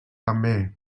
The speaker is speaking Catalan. també